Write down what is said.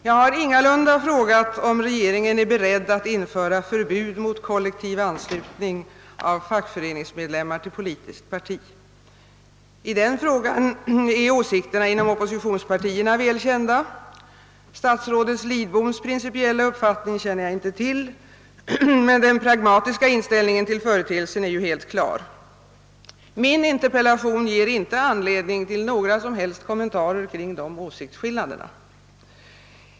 Jag har ingalunda frågat om regeringen är beredd att införa förbud mot kollektivanslutning av fackföreningsmedlemmar till politiskt parti. I den frågan är åsikterna inom oppositionspartierna väl kända. Statsrådet Lidboms principiella uppfattning känner jag inte till, men den pragmatiska inställningen till företeelsen är ju helt klar. Min interpellation ger inte anledning till några som helst kommentarer kring dessa åsiktsskillnader.